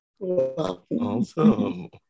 Awesome